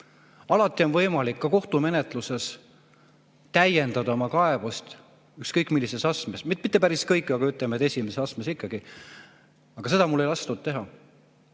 Alati on võimalik kohtumenetluses täiendada oma kaebust ükskõik millises astmes. Või mitte päris kõigis, aga ütleme, et esimeses astmes ikkagi. Aga seda mul ei lastud teha.